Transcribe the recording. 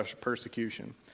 persecution